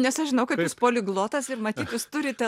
nes aš žinau kad jūs poliglotas ir matyt jūs turite